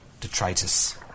detritus